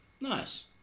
nice